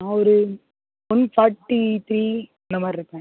நான் ஒரு one forty three இந்த மாதிரி இருக்கேன்